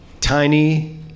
tiny